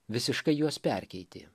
visiškai juos perkeitė